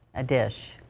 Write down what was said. a dish.